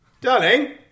darling